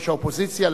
ראש האופוזיציה,